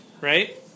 right